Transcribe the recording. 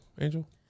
Angel